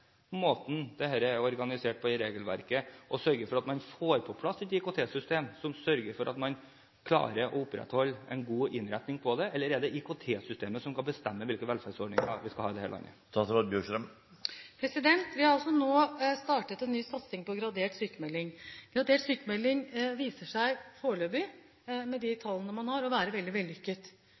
måten dette er organisert på, og sørge for at man får på plass et IKT-system, slik at man klarer å opprettholde en god innretning på dette – eller er det IKT-systemet som skal bestemme hvilke velferdsordninger vi skal ha i dette landet? Vi har nå en ny satsing på gradert sykmelding. Gradert sykmelding viser seg foreløpig – med de tallene man har – å være veldig vellykket.